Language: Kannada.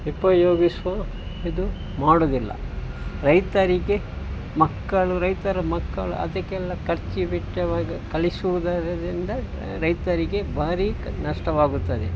ಉಪಯೋಗಿಸುವ ಇದು ಮಾಡೋದಿಲ್ಲ ರೈತರಿಗೆ ಮಕ್ಕಳು ರೈತರ ಮಕ್ಕಳು ಅದಕ್ಕೆಲ್ಲ ಖರ್ಚು ವೆಚ್ಚವಾಗಿ ಕಳಿಸುವುದದರಿಂದ ರೈತರಿಗೆ ಭಾರಿ ನಷ್ಟವಾಗುತ್ತದೆ